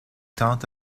tente